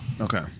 Okay